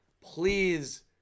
please